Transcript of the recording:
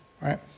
right